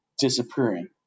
disappearing